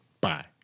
Bye